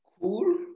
cool